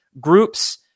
groups